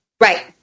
right